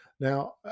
Now